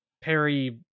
Perry